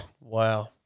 Wow